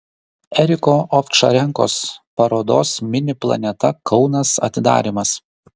eriko ovčarenkos parodos mini planeta kaunas atidarymas